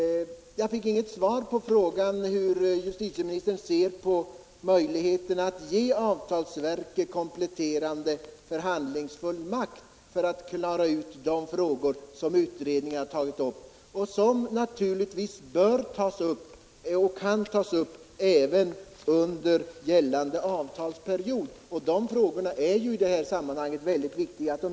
Jag fick inte något svar på frågan hur justitieministern ser på möjligheterna att ge avtalsverket kompletterande förhandlingsfullmakt, för att klara ut de frågor som utredningen tagit upp och som naturligtvis bör och kan tas upp även under löpande avtalsperiod. De frågorna är i detta sammanhang väldigt viktiga.